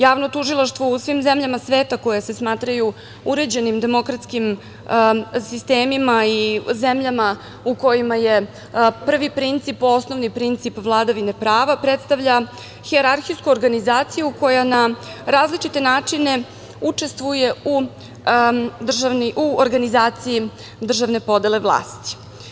Javno tužilaštvo u svim zemljama sveta koje se smatraju uređenim demokratskim sistemima i zemljama u kojima je prvi princip osnovni princip vladavine prava, predstavlja hijerarhijsku organizaciju koja na različite načine učestvuje u organizaciji državne podele vlasti.